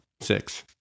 six